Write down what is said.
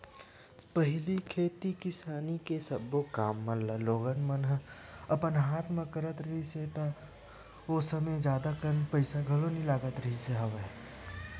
पहिली खेती किसानी के सब्बो काम मन लोगन मन ह अपन हाथे म करत रिहिस हे ता ओ समे म जादा कन पइसा घलो नइ लगत रिहिस हवय